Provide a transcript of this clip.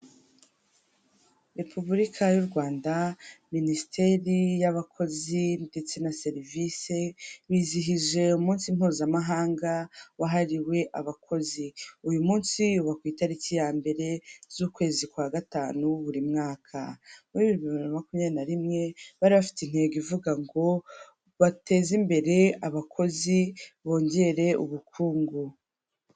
Repubulika y'u Rwanda, minisiteri y'abakozi ndetse na serivisi bizihije umunsi mpuzamahanga wahariwe abakozi, uyu munsi uba ku itariki ya mbere z'ukwezi kwa gatanu buri mwaka, muri bibiri na makumyabiri na rimwe bari bafite intego ivuga ngo bateze imbere abakozi bongere ubukungu.